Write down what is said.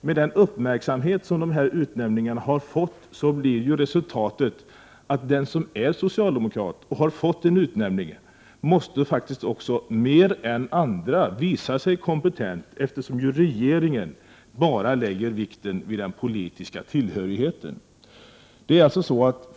Med den uppmärksamhet som de här utnämningarna har fått blir resultatet att den som är socialdemokrat och har fått en utnämning mer än andra måste visa sig kompetent, eftersom ju regeringen bara lägger vikt vid den politiska tillhörigheten.